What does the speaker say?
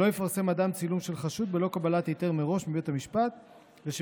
שלא יפרסם אדם צילום של חשוד בלא קבלת היתר מראש מבית המשפט ושפרסום